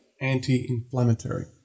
Anti-inflammatory